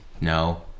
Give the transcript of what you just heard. no